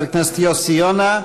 חבר הכנסת יוסי יונה,